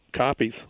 copies